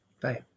Bye